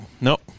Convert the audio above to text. Nope